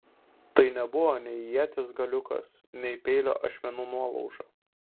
tai nebuvo nei ieties galiukas nei peilio ašmenų nuolauža